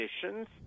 conditions